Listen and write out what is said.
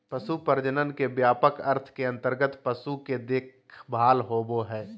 पशु प्रजनन के व्यापक अर्थ के अंतर्गत पशु के देखभाल होबो हइ